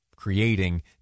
creating